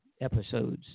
episodes